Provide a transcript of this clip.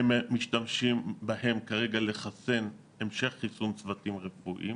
כרגע הם משתמשים בהם להמשך חיסון צוותים רפואיים